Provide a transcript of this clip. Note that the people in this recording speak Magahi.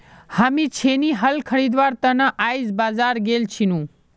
हामी छेनी हल खरीदवार त न आइज बाजार गेल छिनु